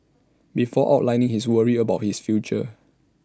before outlining his worries about his future